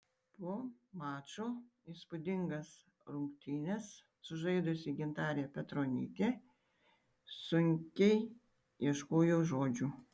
po mačo įspūdingas rungtynes sužaidusi gintarė petronytė sunkiai ieškojo žodžių